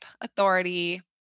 authority